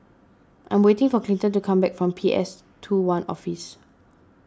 I am waiting for Clinton to come back from P S two one Office